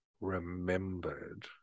remembered